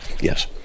Yes